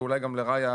ואולי גם לרעיה,